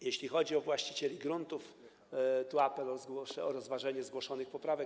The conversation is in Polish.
Jeśli chodzi o właścicieli gruntów, tu apel o rozważenie zgłoszonych poprawek.